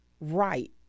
right